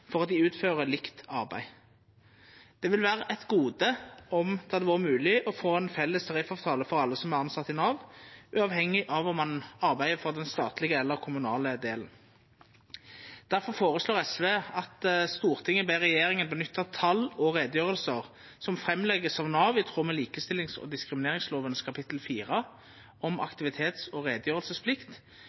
at dei utfører likt arbeid. Det ville vera eit gode om det hadde vore mogleg å få ein felles avtale for alle som er tilsette i Nav, uavhengig av om dei arbeider i den statlege eller i den kommunale delen. Difor føreslår SV: «Stortinget ber regjeringen benytte tall og redegjørelser som fremlegges av Nav i tråd med likestillings- og diskrimineringslovens kap. 4 om aktivitets- og redegjørelsesplikt,